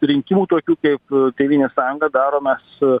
rinkimų tokių kaip tėvynės sąjunga daro mes